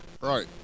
Right